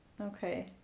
okay